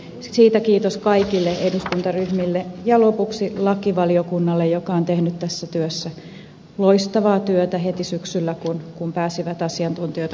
siitä kiitos kaikille eduskuntaryhmille ja lopuksi lakivaliokunnalle joka on tehnyt tässä loistavaa työtä heti syksyllä kun pääsivät asiantuntijoita kuulemaan